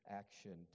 action